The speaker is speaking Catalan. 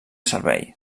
servei